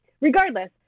Regardless